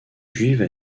juive